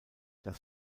das